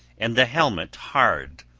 and the helmet hard,